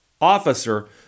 officer